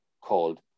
called